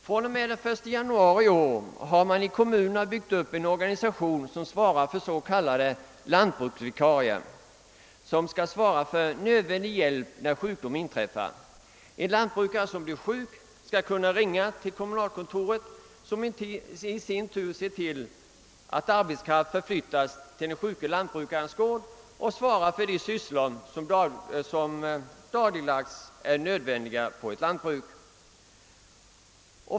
Från och med den 1 januari i år finns i kommunerna en organisation som svarar för s.k. lantbruksvikarie, vilken skall rycka in när sjukdom inträffar. En jordbrukare som blir sjuk skall kunna ringa till kommunalkontoret, som i sin tur ser till att arbetskraft förflyttas till den sjuke lantbrukarens gård för att klara de sysslor som dagligdags måste utföras på ett lantbruk.